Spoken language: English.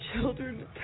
children